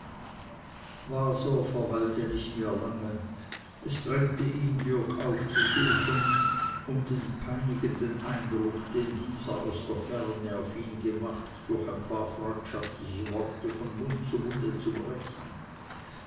waser verweilte nicht mehr lange es drängte ihn jürg aufzusuchen um den peinigenden eindruck den dieser aus der ferne auf ihn gemacht durch ein paar freundschaftliche worte von mund zu munde zu brechen